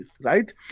right